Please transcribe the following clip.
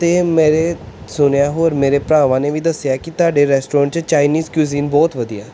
ਅਤੇ ਮੈਂ ਸੁਣਿਆ ਹੋਰ ਮੇਰੇ ਭਰਾਵਾਂ ਨੇ ਵੀ ਦੱਸਿਆ ਕਿ ਤੁਹਾਡੇ ਰੈਸਟੋਰੈਂਟ 'ਚ ਚਾਈਨੀਜ਼ ਕਿਊਜ਼ੀਨ ਬਹੁਤ ਵਧੀਆ